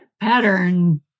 pattern